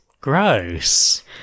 gross